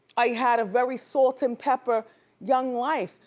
i had a very salt and pepper young life,